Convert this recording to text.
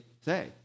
say